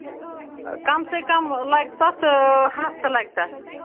کم سے کَم لگہِ تَتھ ہَفہٕ لگہِ تَتھ